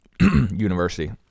university